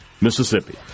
Mississippi